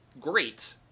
great